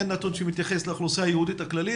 אין נתון שמתייחס לאוכלוסייה היהודית הכללית.